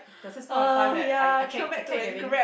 there was this point of time that I I I kept getting